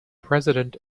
president